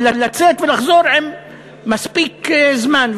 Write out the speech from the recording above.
אבל לצאת ולחזור עם מספיק זמן,